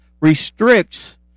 restricts